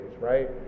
right